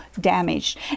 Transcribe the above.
damaged